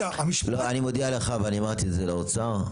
אני מודיע לך ואני אמרתי את זה לאוצר,